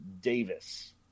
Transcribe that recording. Davis